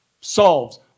Solved